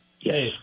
Yes